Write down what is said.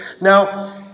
Now